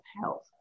health